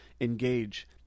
engage